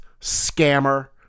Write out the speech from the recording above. scammer